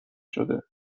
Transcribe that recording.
شده